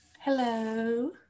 Hello